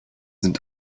sind